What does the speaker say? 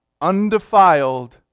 undefiled